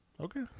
Okay